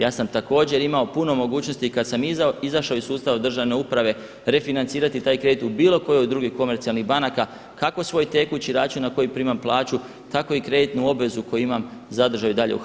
Ja sam također imao puno mogućnosti i kada sam izašao iz sustava državne uprave refinancirati taj kredit u bilo kojoj drugoj od komercijalnih banaka kako svoj tekući račun na koji primam plaću, tako i kreditnu obvezu koju imam zadržao i dalje u HPB-u.